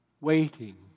waiting